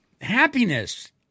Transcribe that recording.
Happiness